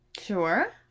Sure